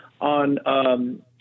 on –